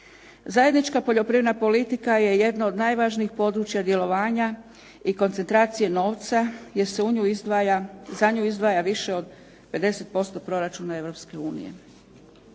Zajednička poljoprivredna politika je jedno od najvažnijih područja djelovanja i koncentracije novca jer se za nju izdvaja više od 50% proračuna EU.